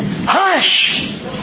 Hush